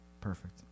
Perfect